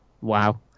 Wow